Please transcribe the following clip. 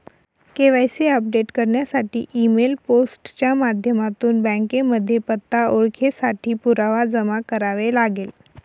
KYC update करण्यासाठी email, post च्या माध्यमातून बँकेमध्ये पत्ता, ओळखेसाठी पुरावा जमा करावे लागेल